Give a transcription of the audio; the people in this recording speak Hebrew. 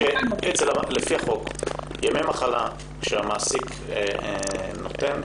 לפי החוק ימי מחלה שהמעסיק נותן,